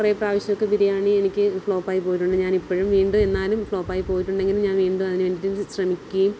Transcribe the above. കുറേ പ്രാവശ്യമൊക്കെ ബിരിയാണി എനിക്ക് ഫ്ലോപ്പ് ആയി പോയിട്ടുണ്ട് ഞാനിപ്പഴും വീണ്ടും എന്നാലും ഫ്ലോപ്പ് ആയി പോയിട്ടുണ്ടെങ്കിലും ഞാൻ വീണ്ടും അതിന് വേണ്ടിയിട്ട് ശ്രമിക്കുകയും